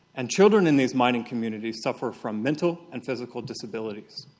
and children in these mining communities suffer from mental and physical disabilities.